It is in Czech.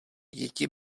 děti